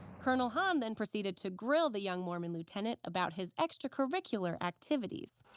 colonel haun then proceeded to grill the young mormon lieutenant about his extracurricular activities.